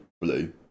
blue